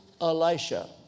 Elisha